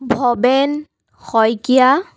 Bhaben Saikia